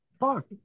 fuck